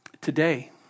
today